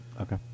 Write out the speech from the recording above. okay